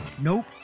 Nope